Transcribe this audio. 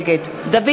נגד דוד